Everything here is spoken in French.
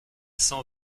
s’en